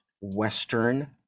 western